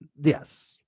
yes